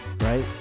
Right